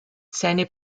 seine